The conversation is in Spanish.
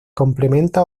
complementa